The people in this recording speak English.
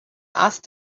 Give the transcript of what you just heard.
asked